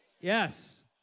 Yes